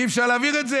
אי- אפשר להעביר את זה,